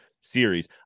series